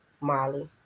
Molly